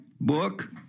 book